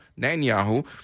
Netanyahu